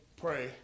pray